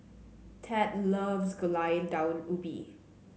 Tad loves Gulai Daun Ubi